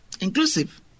Inclusive